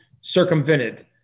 circumvented